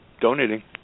donating